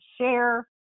share